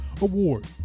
Award